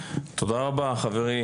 תודה רבה חברי,